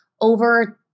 over